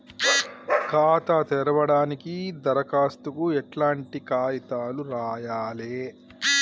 ఖాతా తెరవడానికి దరఖాస్తుకు ఎట్లాంటి కాయితాలు రాయాలే?